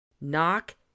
knock